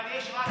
אבל יש רק,